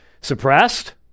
suppressed